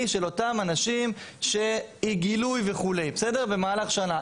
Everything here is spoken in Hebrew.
של אותם אנשים שאי גילוי וכו' במהלך השנה.